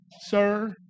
sir